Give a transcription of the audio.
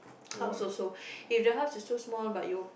house also if the house is too small but it will